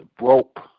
rope